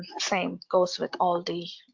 same goes with all the